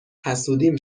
حسودیم